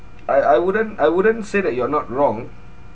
I I wouldn't I wouldn't say that you're not wrong